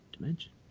dimension